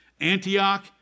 Antioch